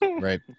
right